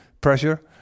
pressure